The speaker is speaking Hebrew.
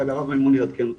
אבל הרב מימון יעדכן אותי.